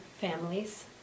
families